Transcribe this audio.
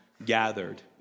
gathered